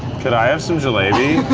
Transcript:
could i have some jalebi?